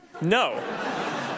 No